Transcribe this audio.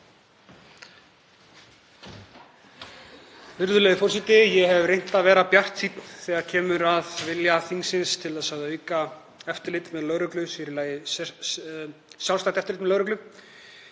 Virðulegi forseti. Ég hef reynt að vera bjartsýnn þegar kemur að vilja þingsins til að auka eftirlit með lögreglu, sér í lagi sjálfstætt eftirlit með lögreglu.